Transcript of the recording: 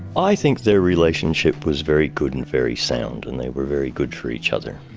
i think their relationship was very good and very sound and they were very good for each other.